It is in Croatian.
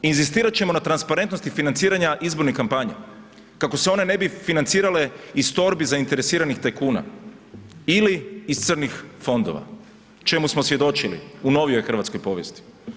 Inzistirat ćemo na transparentnosti financiranja izbornih kampanja kako se one ne bi financirale iz torbi zainteresiranih tajkuna ili iz crnih fondova čime smo svjedočili u novijoj hrvatskoj povijesti.